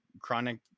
chronic